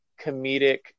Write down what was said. comedic